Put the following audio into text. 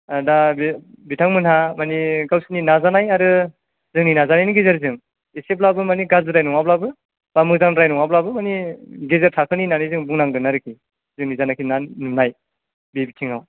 दा बि बिथांमोनहा माने गावसोरनि नाजानाय आरो जोंनि नाजानायनि गेजेरजों एसेब्लाबो माने गाज्रिद्राय नङाब्लाबो बा मोजांद्राय नङाब्लाबो माने गेजेर थाखोनि होन्नानै जों बुंनांगोन आरोखि जोंनि जायनाखि नुनाय बे बिथिङाव